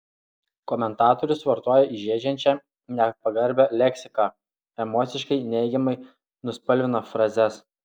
komentatorius vartoja įžeidžiančią nepagarbią leksiką emociškai neigiamai nuspalvina frazes